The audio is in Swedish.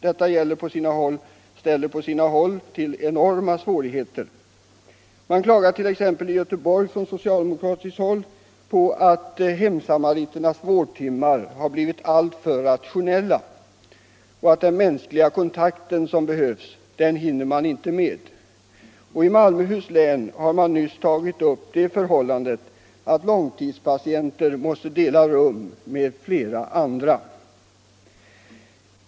Detta ställer på sina håll till enorma svårigheter. Man klagar t.ex. från socialdemokratiskt håll i Göteborg på att hemsamariternas vårdtimmar har blivit alltför rationella. Den mänskliga kontakt som behövs hinner man inte med. I Malmöhus läns landsting har man just tagit upp det förhållandet att många långtidspatienter måste dela rum med flera andra.